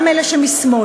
גם אלה שמשמאל,